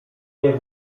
nie